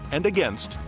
and against,